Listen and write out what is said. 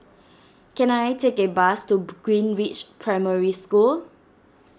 can I take a bus to Greenridge Primary School